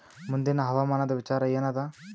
ಮುಂದಿನ ಹವಾಮಾನದ ವಿಚಾರ ಏನದ?